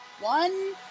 one